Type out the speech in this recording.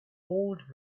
old